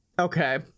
okay